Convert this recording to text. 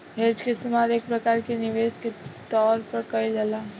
hedge के इस्तेमाल एक प्रकार के निवेश के तौर पर कईल जाला